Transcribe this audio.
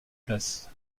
places